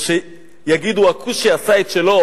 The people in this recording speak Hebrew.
או כשיגידו "הכושי עשה את שלו",